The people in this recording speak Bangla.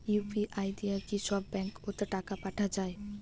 ইউ.পি.আই দিয়া কি সব ব্যাংক ওত টাকা পাঠা যায়?